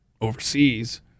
overseas